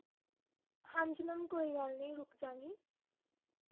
ਹਾਂਜੀ ਮੈਮ ਕੋਈ ਗੱਲ ਨਹੀਂ ਰੁਕ ਜਾਵਾਂਗੀ